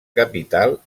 capital